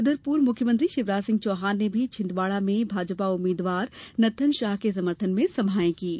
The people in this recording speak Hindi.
उधर पूर्व मुख्यमंत्री शिवराज सिंह चौहान ने भी छिंदवाड़ा में भाजपा उम्मीदवार नत्थन शाह के समर्थन में सभाएं कीं